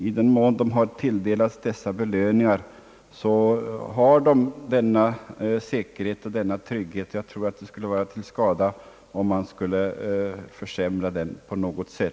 I den mån de tilldelats dessa belöningar, har de då denna säkerhet och trygghet. Det skulle vara till skada om man försämrade den på något sätt.